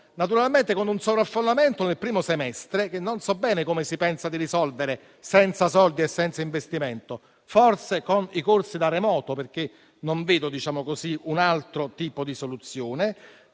naturalmente con un sovraffollamento nel primo semestre, che non so bene come si pensa di risolvere senza soldi e senza investimento; forse con i corsi da remoto, perché non vedo un altro tipo di soluzione.